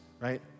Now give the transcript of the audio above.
right